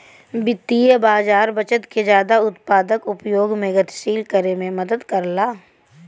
वित्तीय बाज़ार बचत के जादा उत्पादक उपयोग में गतिशील करे में मदद करला